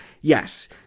yes